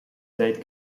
tate